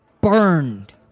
burned